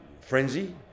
frenzy